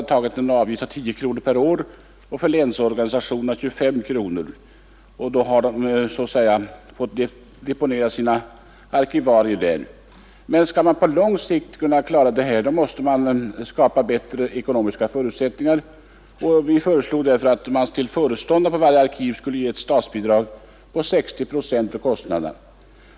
Man har tagit ut en avgift av 10 kronor per år och för länsorganisationerna 25 kronor, och för detta belopp har de fått deponera sina arkivalier där. Men skall man på lång sikt klara detta måste man skapa bättre ekonomiska förutsättningar, och vi inom utredningen föreslog därför att man till lön för föreståndaren för varje arkiv skulle ge ett bidrag på 60 procent av kostnaderna.